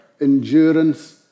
endurance